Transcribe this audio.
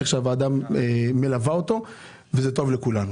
שהוועדה מלווה אותו וזה טוב לכולנו.